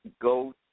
go